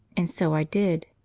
and so i did.